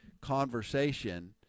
conversation